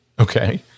Okay